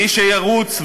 מי שירוץ,